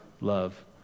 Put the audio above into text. love